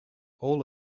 all